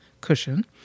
cushion